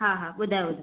हा हा ॿुधायो